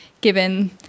given